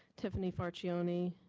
tiffany farchione?